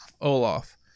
Olaf